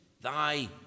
thy